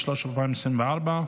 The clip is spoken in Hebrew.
2023 ו-2024),